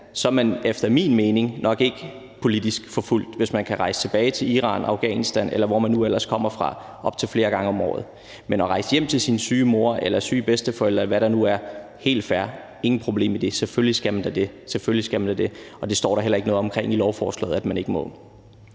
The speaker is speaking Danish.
Så er man efter min mening nok ikke politisk forfulgt, altså hvis man kan rejse tilbage til Iran, Afghanistan, eller hvor man nu ellers kommer fra, op til flere gange om året. Men at rejse hjem til sin syge mor eller sine syge bedsteforældre, eller hvad der nu er, er helt fair – intet problem i det. Selvfølgelig skal man da det. Selvfølgelig skal man da det, og det står der heller ikke noget om i lovforslaget at man ikke må.